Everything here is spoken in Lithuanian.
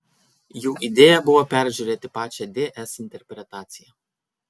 jų idėja buvo peržiūrėti pačią ds interpretaciją